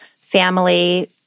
family